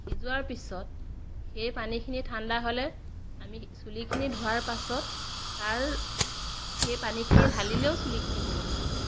সিজোৱাৰ পিছত সেই পানীখিনি ঠাণ্ডা হ'লে আমি চুলিখিনি ধোৱাৰ পাছত তাৰ সেই পানীখিনি ঢালিলেও চুলিখিনি বহুত ভাল হয়